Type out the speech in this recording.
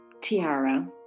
Tiara